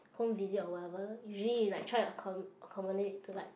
home visit or whatever usually like try to accom~ accommodate you to like